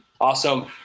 Awesome